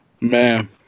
Man